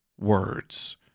Words